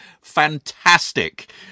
fantastic